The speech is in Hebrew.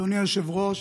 אדוני היושב-ראש,